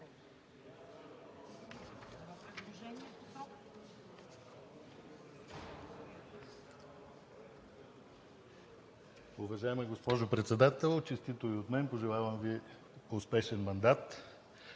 Уважаема госпожо Председател, честито и от мен! Пожелавам Ви успешен мандат!